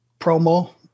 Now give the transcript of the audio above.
promo